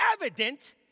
evident